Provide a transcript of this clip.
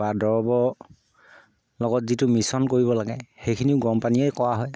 বা দৰবৰ লগত যিটো মিশ্ৰণ কৰিব লাগে সেইখিনিও গৰম পানীয়ে কৰা হয়